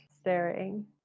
staring